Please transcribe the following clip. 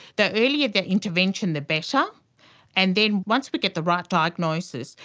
the earlier the intervention, the better. but and then once we get the right diagnosis,